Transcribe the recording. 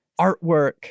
artwork